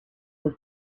was